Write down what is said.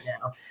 now